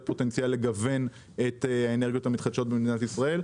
פוטנציאל לגיוון האנרגיות המתחדשות במדינת ישראל.